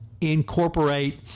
incorporate